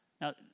Now